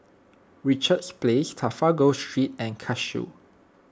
Richards Place Trafalgar Street and Cashew